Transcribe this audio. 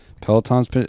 Peloton's